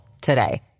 today